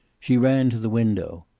she ran to the window.